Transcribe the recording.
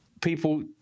people